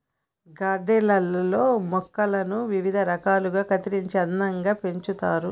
garden లల్లో మొక్కలను వివిధ రకాలుగా కత్తిరించి అందంగా పెంచుతారు